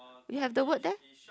you have the word there